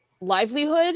livelihood